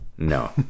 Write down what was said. No